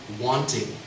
Wanting